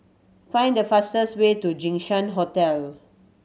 find the fastest way to Jinshan Hotel